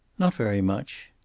not very much.